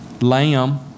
lamb